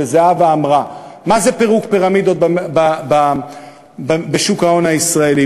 וזהבה אמרה מה זה פירוק פירמידות בשוק ההון הישראלי.